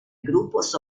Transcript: grupos